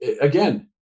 again